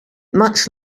much